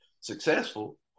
successful